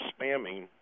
spamming